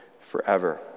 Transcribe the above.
forever